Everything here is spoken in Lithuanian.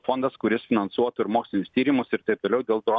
fondas kuris finansuotų ir mokslinius tyrimus ir taip toliau dėl to